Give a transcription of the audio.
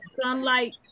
sunlight